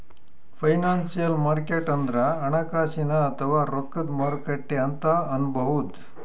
financial market ಅಂದ್ರ ಹಣಕಾಸಿನ್ ಅಥವಾ ರೊಕ್ಕದ್ ಮಾರುಕಟ್ಟೆ ಅಂತ್ ಅನ್ಬಹುದ್